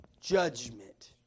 Judgment